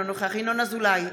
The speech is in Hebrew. אינו נוכח ינון אזולאי,